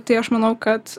tai aš manau kad